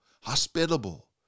hospitable